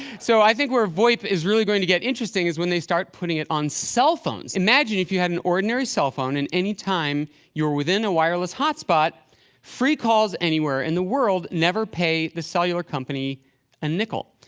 so i think where voip is really going to get interesting is when they start putting it on cell phones. imagine if you had an ordinary cell phone, and any time you were in a wireless hotspot free calls anywhere in the world, never pay the cellular company a nickel.